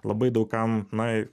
labai daug kam na